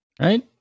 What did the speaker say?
right